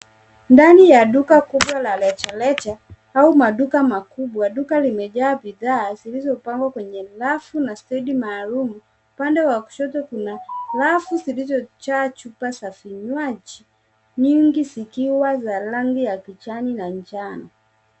Ndani ya duka kubwa la rejareja, au maduka makubwa. Duka limejaa bidhaa zilizopangwa kwenye rafu na stendi maalum. Upande wa kushoto kuna rafu zilizjaa chupa za vinywaji, nyingi zikiwa za rangi ya kijani na njano.